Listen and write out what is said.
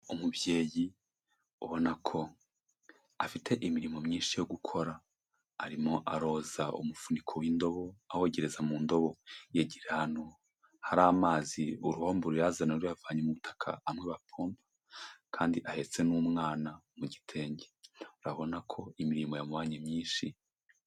Umubyeyi ubona ko afite imirimo myinshi yo gukora, arimo aroza umufuniko w'indobo, awogereza mu ndobo yegereye ahantu hari amazi, uruhombo ruyazana ruyavanye mu butaka amwe bapompa, kandi ahetse n'umwana mu gitenge; urabona ko imirimo yamubanye myinshi...